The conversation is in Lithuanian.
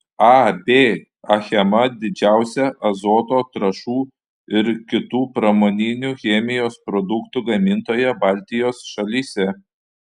ab achema didžiausia azoto trąšų ir kitų pramoninių chemijos produktų gamintoja baltijos šalyse